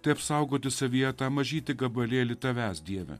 tai apsaugoti savyje tą mažytį gabalėlį tavęs dieve